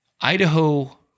Idaho